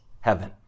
heaven